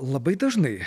labai dažnai